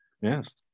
Yes